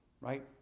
right